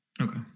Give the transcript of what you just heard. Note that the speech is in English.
Okay